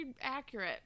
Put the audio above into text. accurate